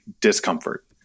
discomfort